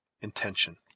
intention